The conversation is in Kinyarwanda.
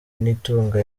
nitunga